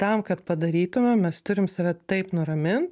tam kad padarytume mes turim save taip nuramint